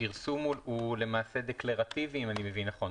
הפרסום הוא למעשה דקלרטיבי, אם אני מבין נכון.